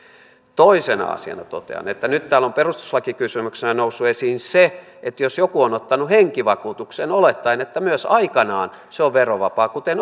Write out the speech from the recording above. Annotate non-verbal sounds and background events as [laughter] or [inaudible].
toisena asiana totean että nyt täällä on perustuslakikysymyksenä noussut esiin se että jos joku on ottanut henkivakuutuksen olettaen että myös aikanaan se on verovapaa kuten [unintelligible]